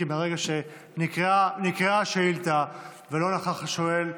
כי ברגע שנקראה השאילתה ולא נכח השואל,